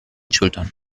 schultern